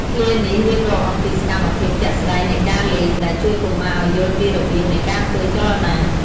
ឃ្លានេះរៀបរាប់អំពីសកម្មភាពជាក់ស្តែងនៃការលេង ដែលជួយកុមារឱ្យយល់ពីរបៀបនៃការធ្វើចលនា។